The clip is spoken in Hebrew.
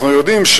אנחנו יודעים,